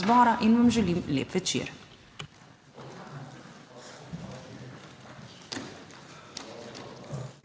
in vam želim lep večer.